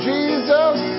Jesus